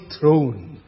throne